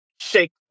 shake